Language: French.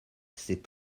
c’est